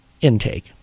intake